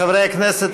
חברי הכנסת,